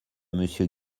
monsieur